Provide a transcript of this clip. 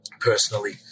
personally